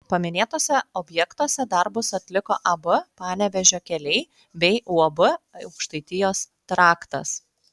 paminėtuose objektuose darbus atliko ab panevėžio keliai bei uab aukštaitijos traktas